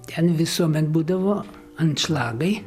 ten visuomet būdavo anšlagai